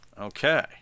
Okay